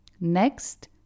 next